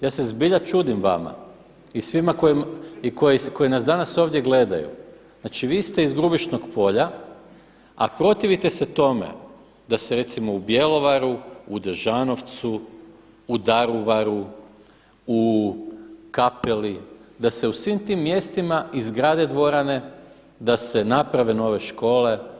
Ja se zbilja čudim vama i svima koji, i koji nas danas ovdje gledaju, znači vi ste iz Grubišnog polja a protivite se tome da se recimo u Bjelovaru, u Dežanovcu, u Daruvaru, u Kapeli, da se u svim tim mjestima izgrade dvorane, da se naprave nove škole.